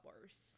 worse